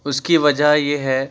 اس کی وجہ یہ ہے